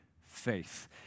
faith